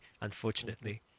unfortunately